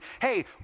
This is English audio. Hey